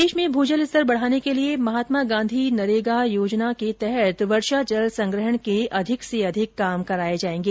प्रदेश में भू जल स्तर बढाने के लिये महात्मा गांधी नरेगा के तहत वर्षाजल संग्रहण के अधिक से अधिक काम कराये जायेंगे